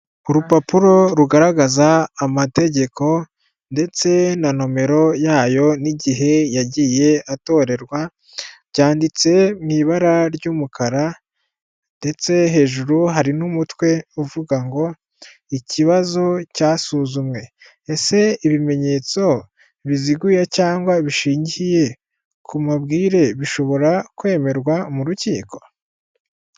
Urupapuro rugaragaza amategeko ndetse na nomero yayo n'igihe yagiye atorerwa, byanditse mu ibara ry'umukara ndetse hejuru hari n'umutwe uvuga ngo ikibazo cyasuzumwe, ese ibimenyetso biziguye cyangwa bishingiye ku mabwire bishobora kwemerwa mu rukiko?